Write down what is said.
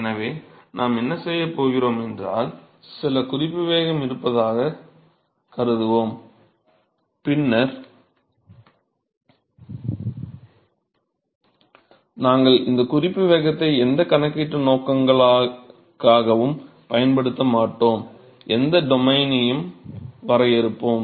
எனவே நாம் என்ன செய்யப் போகிறோமென்றால் சில குறிப்பு வேகம் இருப்பதாகக் கருதுவோம் பின்னர் நாங்கள் இந்தக் குறிப்பு வேகத்தை எந்தக் கணக்கீட்டு நோக்கங்களுக்காகவும் பயன்படுத்த மாட்டோம் எந்த டொமைனையும் வரையறுப்போம்